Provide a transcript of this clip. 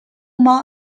more